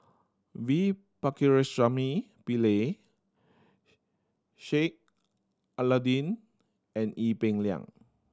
V Pakirisamy Pillai Sheik Alau'ddin and Ee Peng Liang